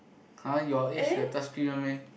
[huh] your age got touchscreen one meh